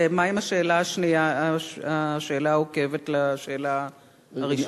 ומה עם השאלה העוקבת לשאלה הראשונה?